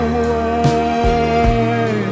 away